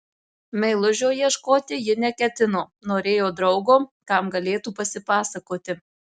meilužio ieškoti ji neketino norėjo draugo kam galėtų pasipasakoti